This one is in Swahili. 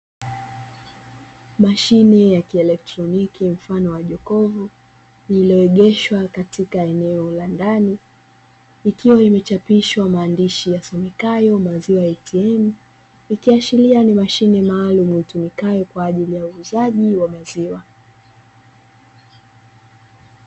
Mashine ya kielektroniki mfano wa jokofu, lililoegeshwa katika eneo la ndani, likiwa imechapishwa maandishi yasomekayo mashine "ATM", likiashiria ni mashine maalumu itumikayo kwa ajili ya uuzaji wa maziwa.